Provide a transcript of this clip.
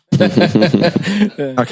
okay